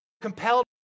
compelled